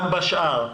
גם בשאר,